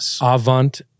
avant